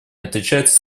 отличается